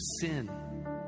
sin